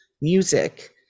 music